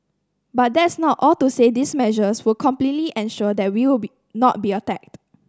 but that's not all to say these measures will completely ensure that we will be not be attacked